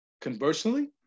Conversely